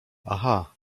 aha